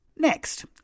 Next